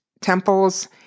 temples